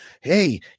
hey